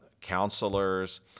counselors